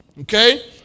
Okay